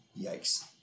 yikes